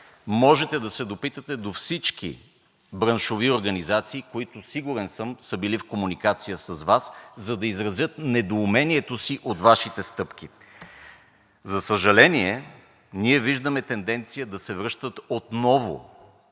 Можете да се допитате до всички браншови организации, които, сигурен съм, са били в комуникация с Вас, за да изразят недоумението си от Вашите стъпки. За съжаление, ние виждаме тенденция да се връщат отново